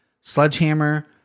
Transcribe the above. sledgehammer